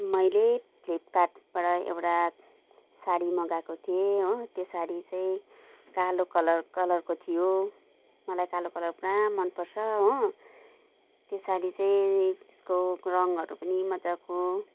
मैले फ्लिपकार्टबाट एउटा साडी मगाएको थिएँ हो त्यो साडी चाहिँ कालो कलर कलरको थियो मलाई कालो कलर पुरा मनपर्छ हो त्यो साडी चाहिँ त्यसको रङहरू पनि मज्जाको